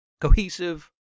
cohesive